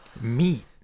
Meat